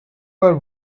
were